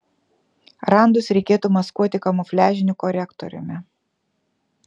randus reikėtų maskuoti kamufliažiniu korektoriumi